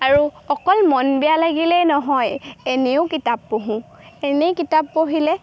আৰু অকল মন বেয়া লাগিলেই নহয় এনেও কিতাপ পঢ়োঁ এনেই কিতাপ পঢ়িলে